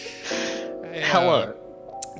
Hello